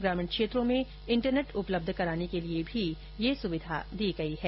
ग्रामीण क्षेत्रों में इंटरनेट उपलब्ध कराने के लिए भी यह सुविधा दी गई है